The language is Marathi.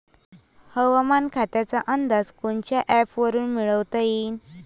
हवामान खात्याचा अंदाज कोनच्या ॲपवरुन मिळवता येईन?